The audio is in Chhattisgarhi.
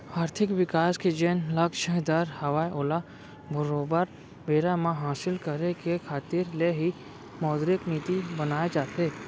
आरथिक बिकास के जेन लक्छ दर हवय ओला बरोबर बेरा म हासिल करे के खातिर ले ही मौद्रिक नीति बनाए जाथे